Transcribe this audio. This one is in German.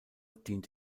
dient